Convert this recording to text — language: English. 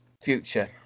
future